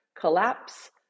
Collapse